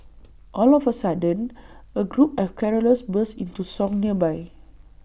all of A sudden A group of carollers burst into song nearby